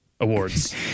Awards